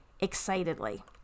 excitedly